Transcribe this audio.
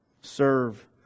Serve